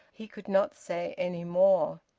he could not say any more.